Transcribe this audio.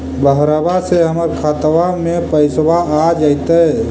बहरबा से हमर खातबा में पैसाबा आ जैतय?